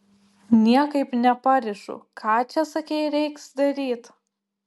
niekaip neparišu ką čia sakei reiks daryt